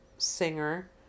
singer